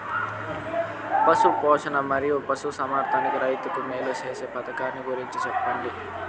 పశు పోషణ మరియు పశు సంవర్థకానికి రైతుకు మేలు సేసే పథకాలు గురించి చెప్పండి?